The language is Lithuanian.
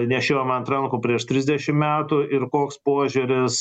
nešiojom ant rankų prieš trisdešim metų ir koks požiūris